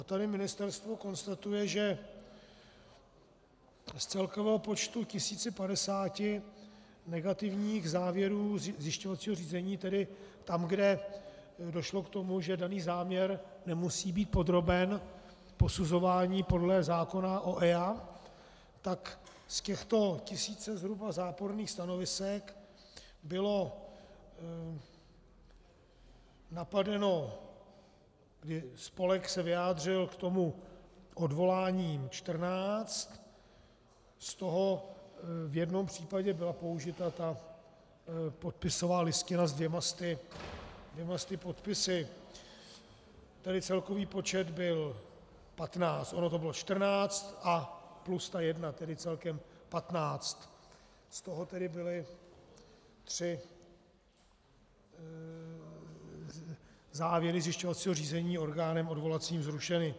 Tady ministerstvo konstatuje, že z celkového počtu 1 050 negativních závěrů zjišťovacího řízení, tedy tam, kde došlo k tomu, že daný záměr nemusí být podroben posuzování podle zákona o EIA, tak z těchto zhruba 1 000 záporných stanovisek bylo napadeno, spolek se vyjádřil k tomu odvoláním, 14, z toho v jednom případě byla použita podpisová listina se 200 podpisy, tedy celkový počet byl 15, ono to bylo 14 a plus ta jedna, tedy celkem 15, z toho tedy byly 3 závěry zjišťovacího řízení orgánem odvolacím zrušeny.